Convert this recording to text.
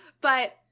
But-